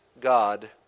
God